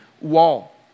wall